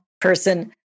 person